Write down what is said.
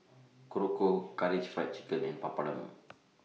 Korokke Karaage Fried Chicken and Papadum